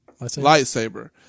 lightsaber